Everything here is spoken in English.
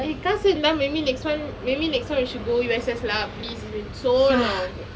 eh காசு இருந்தா:kaasu iruntha maybe next one maybe next one we should go U_S_S it's been so long